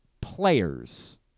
players